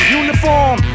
uniform